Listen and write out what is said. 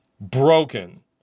Broken